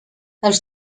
els